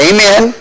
Amen